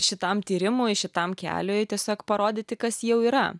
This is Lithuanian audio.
šitam tyrimui šitam keliui tiesiog parodyti kas jau yra